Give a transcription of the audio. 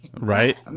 Right